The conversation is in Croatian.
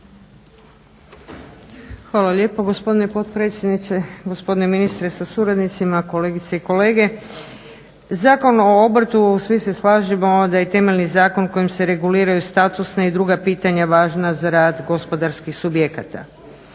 Hvala lijepo gospodine potpredsjedniče, gospodine ministre sa suradnicima, kolegice i kolege. Zakon o obrtu svi se slažemo da je temeljni zakon kojim se reguliraju statusna i druga pitanja važna za rad gospodarskih subjekata.